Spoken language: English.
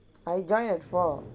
I joined at four